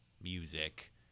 music